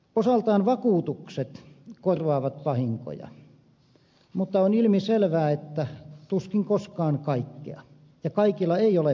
osaltaan vakuutukset korvaavat vahinkoja mutta on ilmiselvää että tuskin koskaan kaikkea ja kaikilla ei ole vakuutuksia